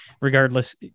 regardless